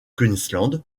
queensland